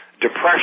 depression